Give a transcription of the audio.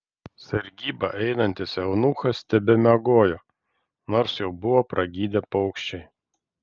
sargybą einantis eunuchas tebemiegojo nors jau buvo pragydę paukščiai